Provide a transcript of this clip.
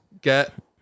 get